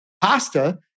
pasta